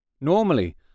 Normally